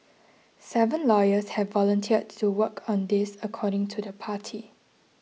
seven lawyers have volunteered to work on this according to the party